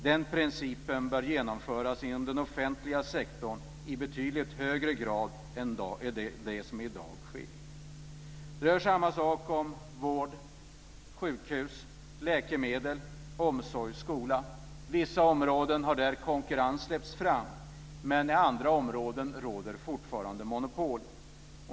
Den principen bör genomföras inom den offentliga sektorn i betydligt högre grad än vad som i dag sker. Samma sak gäller vård, sjukhus, läkemedel, omsorg och skola. På vissa områden där har konkurrens släppts fram, men på andra områden råder fortfarande monopol.